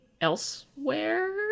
elsewhere